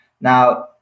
now